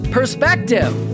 Perspective